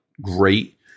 great